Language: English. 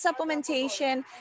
supplementation